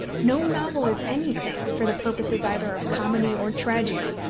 no novel is anything, for the purposes either of comedy or tragedy,